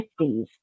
1950s